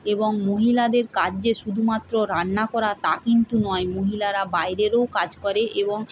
এবং মহিলাদের কাজ যে শুধুমাত্র রান্না করা তা কিন্তু নয় মহিলারা বাইরেরও কাজ করে এবং